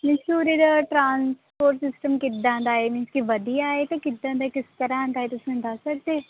means ਕਿ ਉਰੇ ਦਾ ਟ੍ਰਾਂਸਪੋਟ ਸਿਸਟਮ ਕਿੱਦਾਂ ਦਾ ਏ ਮੀਨਜ਼ ਕਿ ਵਧੀਆ ਏ ਅਤੇ ਕਿੱਦਾਂ ਦਾ ਕਿਸ ਤਰ੍ਹਾਂ ਦਾ ਏ ਤੁਸੀਂ ਮੈਨੂੰ ਦੱਸ ਸਕਦੇ